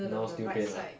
now still pain ah